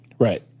Right